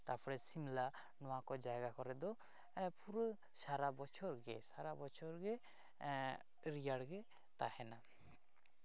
ᱛᱟᱨᱯᱚᱨᱮ ᱥᱤᱢᱞᱟ ᱱᱚᱣᱟ ᱠᱚ ᱡᱟᱭᱜᱟ ᱠᱚᱨᱮ ᱫᱚ ᱯᱩᱨᱟᱹ ᱥᱟᱨᱟ ᱵᱚᱪᱷᱚᱨ ᱜᱮ ᱥᱟᱨᱟ ᱵᱚᱪᱷᱚᱨ ᱜᱮ ᱨᱮᱭᱟᱲᱜᱮ ᱛᱟᱦᱮᱱᱟ